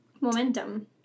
Momentum